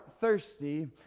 thirsty